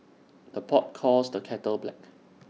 the pot calls the kettle black